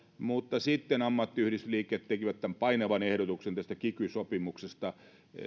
mutta sitten ammattiyhdistysliikkeet tekivät tämän painavan ehdotuksen tästä kiky sopimuksesta